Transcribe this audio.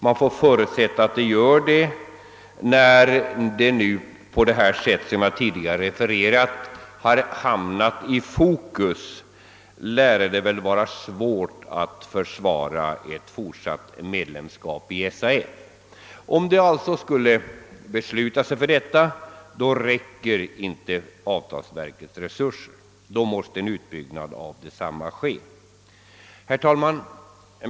När de statliga företagen på det sätt jag tidigare refererat har hamnat i fokus lär det vara svårt att försvara ett fortsatt medlemskap i SAF. Man får alltså förutsätta att de statliga bolagen beslutar sig för alt vända sig till avtalsverket, och då måste en utbyggnad av detta komma till stånd. Herr talman!